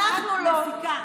אלקין לא הזיק, את מזיקה.